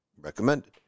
recommended